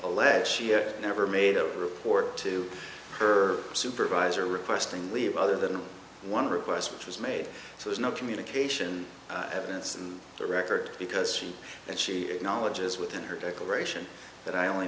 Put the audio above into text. a lead she never made a report to her supervisor requesting leave other than one request which was made so there's no communication evidence in the record because she and she acknowledges within her declaration that i only